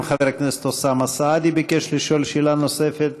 גם חבר הכנסת אוסאמה סעדי ביקש לשאול שאלה נוספת,